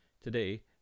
Today